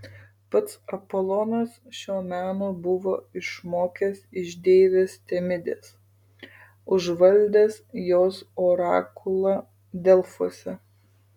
pats apolonas šio meno buvo išmokęs iš deivės temidės užvaldęs jos orakulą delfuose